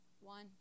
One